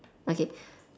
okay